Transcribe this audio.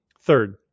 Third